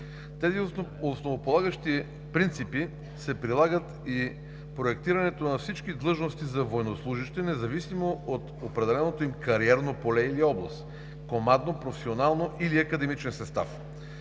Тези основополагащи принципи се прилагат и в проектирането на всички длъжности за военнослужещи, независимо от определеното им кариерно поле или област – командно, професионално или академичен състав.